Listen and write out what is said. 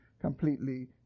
completely